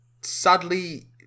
sadly